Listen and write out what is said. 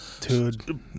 Dude